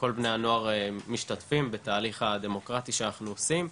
כל בני הנוער משתתפים בתהליך הדמוקרטי שאנחנו עושים,